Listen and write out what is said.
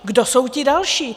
Kdo jsou ti další?